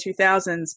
2000s